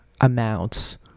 amounts